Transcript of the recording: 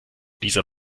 dieser